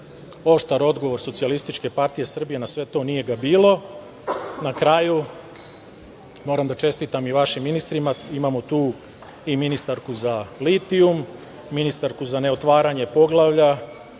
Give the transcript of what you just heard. oštar odgovor SPS na sve to, nije ga bilo. Na kraju, moram da čestitam i vašim ministrima, imamo tu i ministarku za litijum, ministarku za neotvaranje poglavlja